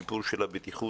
הסיפור של הבטיחות,